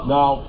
Now